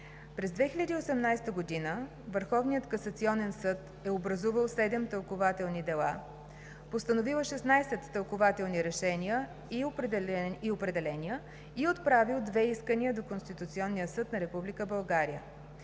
През 2018 г. Върховният касационен съд е образувал 7 тълкувателни дела, постановил е 16 тълкувателни решения и определения и е отправил две искания до Конституционния съд на